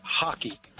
Hockey